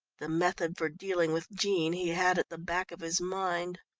the method for dealing with jean he had at the back of his mind.